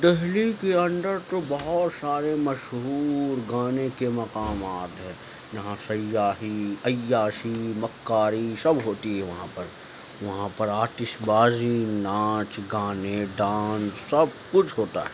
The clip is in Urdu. دہلی کے اندر تو بہت سارے مشہور گانے کے مقامات ہے جہاں سیاحی عیاشی مکاری سب ہوتی ہے وہاں پر وہاں پر آتش بازی ناچ گانے ڈانس سب کچھ ہوتا ہے